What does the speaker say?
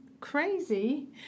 crazy